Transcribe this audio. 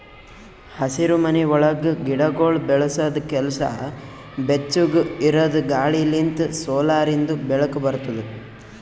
ಹಸಿರುಮನಿ ಒಳಗ್ ಗಿಡಗೊಳ್ ಬೆಳಸದ್ ಕೆಲಸ ಬೆಚ್ಚುಗ್ ಇರದ್ ಗಾಳಿ ಲಿಂತ್ ಸೋಲಾರಿಂದು ಬೆಳಕ ಬರ್ತುದ